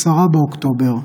10 באוקטובר,